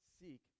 Seek